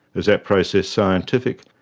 is that process scientific,